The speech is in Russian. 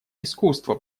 искусство